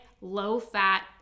low-fat